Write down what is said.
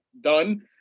done